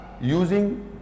using